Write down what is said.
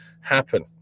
happen